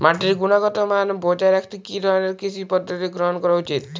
মাটির গুনগতমান বজায় রাখতে কি ধরনের কৃষি পদ্ধতি গ্রহন করা উচিৎ?